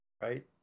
right